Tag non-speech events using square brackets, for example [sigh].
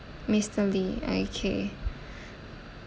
mister lee okay [breath]